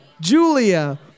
Julia